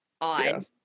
odd